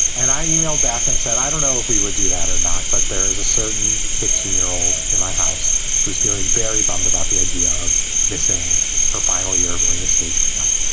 and i emailed back and said, i don't know if we would do that or not, but there is a certain fifteen year old in my house who's feeling very bummed about the idea of missing her final year of arena stage camp.